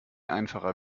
einfacher